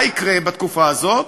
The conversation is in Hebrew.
מה יקרה בתקופה הזאת?